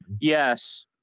Yes